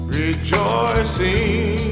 rejoicing